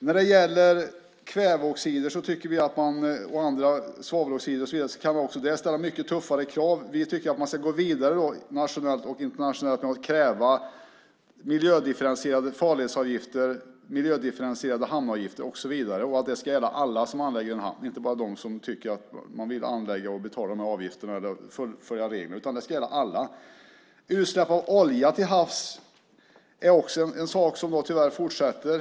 När det gäller kväveoxider och svaveloxider tycker vi att man kan ställa mycket tuffare krav. Vi tycker att man ska gå vidare nationellt och internationellt och kräva miljödifferentierade farlighetsavgifter och hamnavgifter och att det ska gälla alla som anlöper en hamn, inte bara dem som vill anlöpa hamnen, betala avgiften och följa regler. Det ska gälla alla. Utsläpp av olja till havs är också en sak som tyvärr fortsätter.